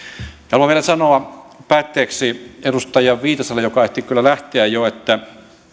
haluan vielä sanoa päätteeksi edustaja viitaselle joka ehti kyllä lähteä jo että